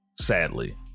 Sadly